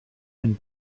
and